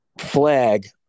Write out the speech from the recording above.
flag